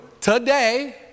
today